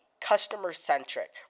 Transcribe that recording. customer-centric